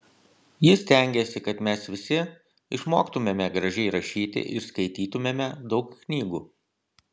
ji stengėsi kad mes visi išmoktumėme gražiai rašyti ir skaitytumėme daug knygų